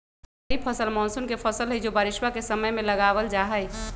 खरीफ फसल मॉनसून के फसल हई जो बारिशवा के समय में लगावल जाहई